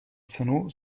cenu